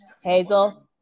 Hazel